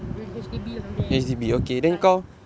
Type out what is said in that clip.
H_D_B or something like